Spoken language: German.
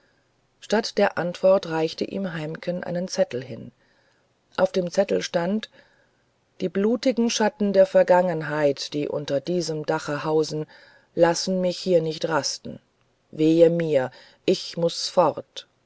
statt der antwort reichte ihm heimken einen zettel hin auf dem zettel stand die blutigen schatten der vergangenheit die unter diesem dache hausen lassen mich hier nicht rasten wehe mir ich muß fort